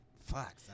Fuck